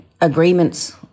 agreements